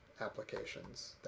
applications